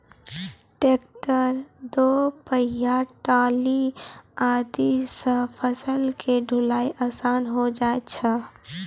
tractor, दो पहिया trolley आदि सॅ फसल के ढुलाई आसान होय जाय छै